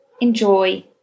enjoy